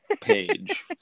page